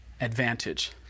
advantage